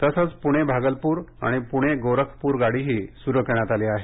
तसंच पुणे भागलपूर आणि पुणे गोरखपूर गाडीही सुरू करण्यात आली आहे